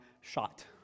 shot